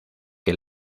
que